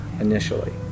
initially